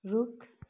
रुख